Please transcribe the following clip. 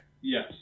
Yes